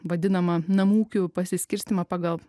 vadinamą namų ūkių pasiskirstymą pagal